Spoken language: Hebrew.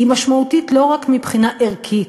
היא משמעותית לא רק מבחינה ערכית,